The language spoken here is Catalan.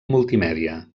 multimèdia